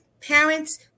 parents